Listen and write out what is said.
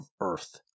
Earth